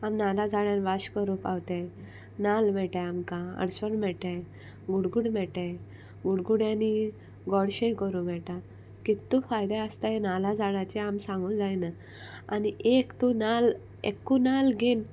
आम नाल्लां झाडान वांश कोरूं पावताय नाल्ल मेळटाय आमकां आडसोर मेळटाय गुडगूड मेळटाय गुडगुड्यांनी गोडशें कोरूं मेळटा कितू फायदे आसताय नाल्ला झाडाचे आमी सांगूं जायना आनी एक तूं नाल्ल एकू नाल्ल घेन